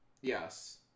Yes